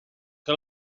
que